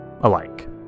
alike